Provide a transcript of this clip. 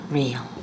real